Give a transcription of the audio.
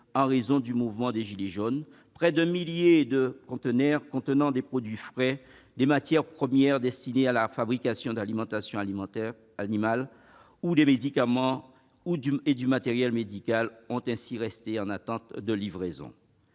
en raison du mouvement des « gilets jaunes ». Près d'un millier de conteneurs renfermant des produits frais, des matières premières destinées à la fabrication d'aliments pour animaux ou des médicaments et du matériel médical sont ainsi restés en attente de livraison.